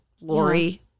Lori